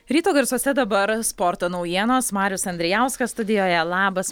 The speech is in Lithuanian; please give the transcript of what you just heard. ryto garsuose dabar sporto naujienos marius andrijauskas studijoje labas